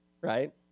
right